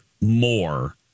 More